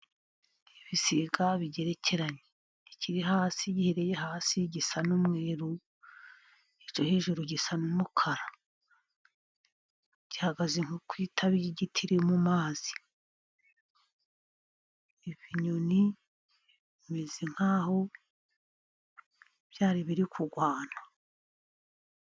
Ibisiga bigerekeranye. Ikiri hasi giherereye hasi gisa n'umweru. Icyo hejuru gisa n'umukara. Gihagaze nko ku itabi ry'igiti riri mu mazi. Ibi binyoni bimeze nk'aho byari biri kurwana.